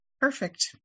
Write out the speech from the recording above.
Perfect